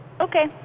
Okay